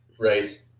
Right